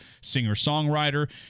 singer-songwriter